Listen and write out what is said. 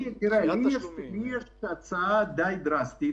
לי יש הצעה די דרסטית.